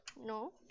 No